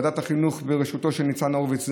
ועדת החינוך בראשותו של ניצן הורוביץ,